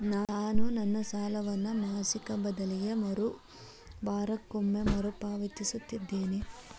ನಾನು ನನ್ನ ಸಾಲವನ್ನು ಮಾಸಿಕ ಬದಲಿಗೆ ವಾರಕ್ಕೊಮ್ಮೆ ಮರುಪಾವತಿಸುತ್ತಿದ್ದೇನೆ